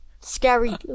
scary